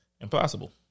Impossible